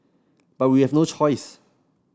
but we have no choice